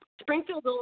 springfield